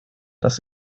das